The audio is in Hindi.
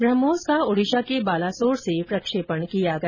ब्रहमोस को ओडिशा के बालासोर से प्रक्षेपण किया गया